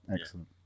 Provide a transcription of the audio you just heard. Excellent